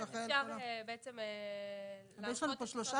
שאחראי על כל --- אפשר בעצם להנחות את משרדי